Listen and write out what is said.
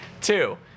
Two